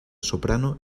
soprano